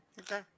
okay